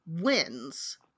wins